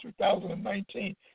2019